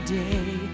day